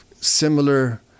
similar